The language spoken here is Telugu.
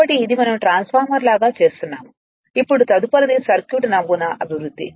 కాబట్టి అది మనం ట్రాన్స్ఫార్మర్ లాగా చేస్తున్నాము ఇప్పుడు తదుపరిది సర్క్యూట్ నమూనా అభివృద్ధి